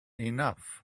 enough